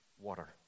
Water